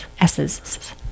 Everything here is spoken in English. S's